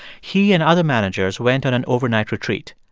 he and other managers went on an overnight retreat.